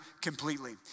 completely